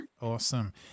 awesome